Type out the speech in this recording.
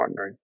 partnering